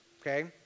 okay